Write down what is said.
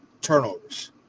turnovers